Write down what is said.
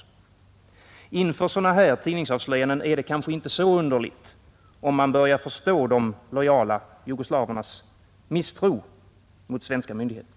Inför sådana tidningsavslöjanden är det inte nadskonfliktens inverkan på den kliniska undervisningen vid de medicinska fakulteterna så underligt om man börjar förstå de lojala jugoslavernas misstro mot svenska myndigheter.